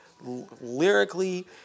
lyrically